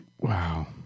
wow